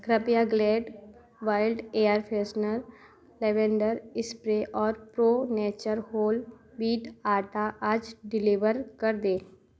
कृपया Glade Glade wild air freshener lavender spray और Pro Nature whole wheat atta आज deliver कर दें